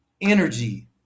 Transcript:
energy